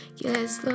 yes